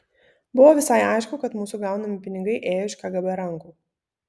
buvo visai aišku kad mūsų gaunami pinigai ėjo iš kgb rankų